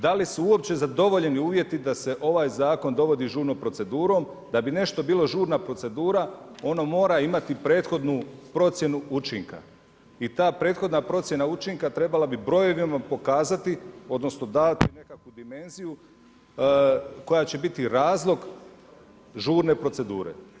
Da li su uopće zadovoljeni uvjeti da se ovaj zakon dovodi žurnom procedurom da bi nešto bila žurna procedura ono mora imati prethodnu procjenu učinka i ta prethodna procjena učinka trebala bi brojevima pokazati odnosno davati nekakvu dimenziju koja će biti razlog žurne procedure.